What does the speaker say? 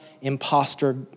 imposter